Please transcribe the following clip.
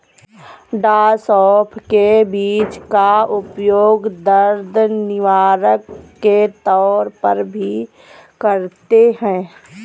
डॉ सौफ के बीज का उपयोग दर्द निवारक के तौर पर भी करते हैं